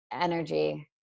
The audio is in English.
energy